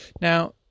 Now